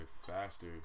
faster